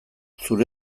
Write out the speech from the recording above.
zure